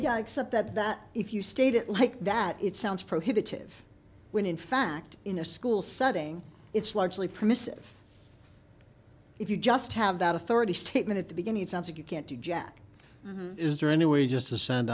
yeah except that if you state it like that it sounds prohibitive when in fact in a school setting it's largely permissive if you just have that authority statement at the beginning it sounds like you can't do jack is there any way just to send